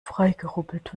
freigerubbelt